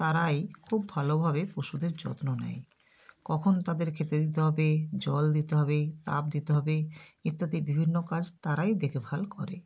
তারাই খুব ভালোভাবে পশুদের যত্ন নেয় কখন তাদের খেতে দিতে হবে জল দিতে হবে তাপ দিতে হবে ইত্যাদি বিভিন্ন কাজ তারাই দেখভাল করে